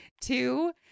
two